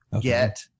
Get